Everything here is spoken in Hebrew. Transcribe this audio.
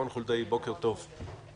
רון חולדאי, בוקר טוב.